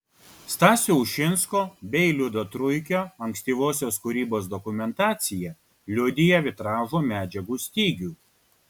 stasio ušinsko bei liudo truikio ankstyvosios kūrybos dokumentacija liudija vitražo medžiagų stygių